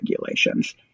regulations